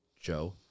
Joe